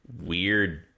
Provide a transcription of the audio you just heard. weird